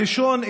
הראשון,